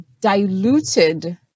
diluted